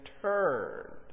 turned